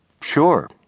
sure